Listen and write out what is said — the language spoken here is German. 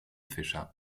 fischer